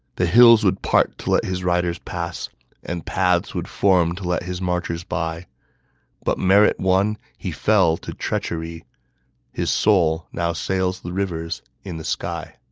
the hills would part to let his riders pass and paths would form to let his marchers by but, merit won, he fell to treachery his soul now sails the rivers in the sky